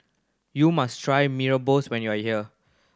you must try Mee Rebus when you are here